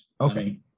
okay